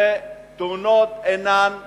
תאונות אינן קורות,